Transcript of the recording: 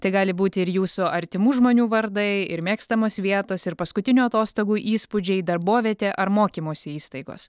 tai gali būti ir jūsų artimų žmonių vardai ir mėgstamos vietos ir paskutinių atostogų įspūdžiai darbovietė ar mokymosi įstaigos